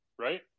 right